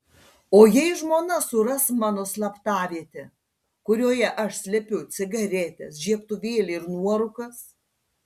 o jei žmona suras mano slaptavietę kurioje aš slepiu cigaretes žiebtuvėlį ir nuorūkas